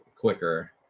quicker